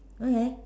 okay